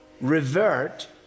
revert